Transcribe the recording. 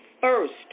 first